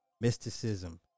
mysticism